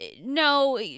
no